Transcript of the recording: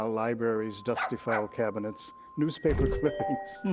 ah libraries, dusty file cabinets, newspaper clippings,